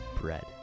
bread